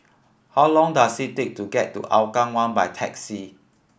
how long does it take to get to Hougang One by taxi